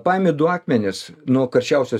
paimi du akmenis nuo karščiausios